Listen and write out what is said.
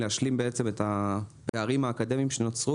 להשלים את הפערים האקדמיים שנוצרו,